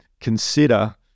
consider